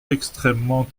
extrêmement